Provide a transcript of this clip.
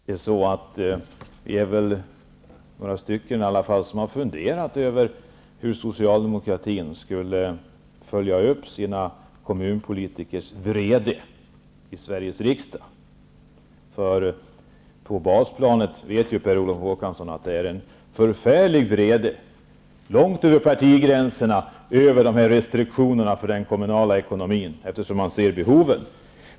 Herr talman! Vi är väl några stycken som har funderat över hur socialdemokratin skulle följa upp kommunalpolitikernas vrede i Sveriges riksdag. Per Olof Håkansson vet att det på basplanet finns en förfärlig vrede, långt över partigränserna, när det gäller restriktionerna för den kommunala ekonomin. Man ser ju behoven.